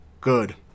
good